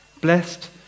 Blessed